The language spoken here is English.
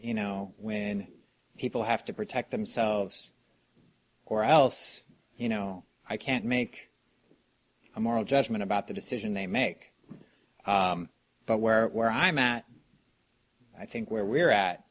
you know when people have to protect themselves or else you know i can't make a moral judgment about the decision they make but where i'm at i think where we're at